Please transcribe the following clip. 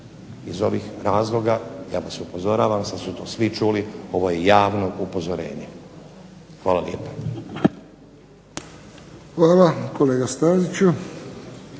Iz ovih razloga ja vas upozoravam, sada su to svi čuli, ovo je javno upozorenje. Hvala lijepa. **Friščić,